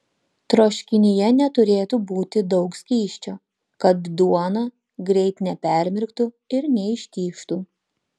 troškinyje neturėtų būti daug skysčio kad duona greit nepermirktų ir neištižtų